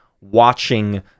watching